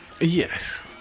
yes